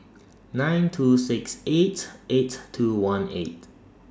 nine two six eight eight two one eight